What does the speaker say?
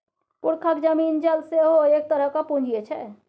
पुरखाक जमीन जाल सेहो एक तरहक पूंजीये छै